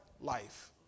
life